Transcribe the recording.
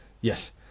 Yes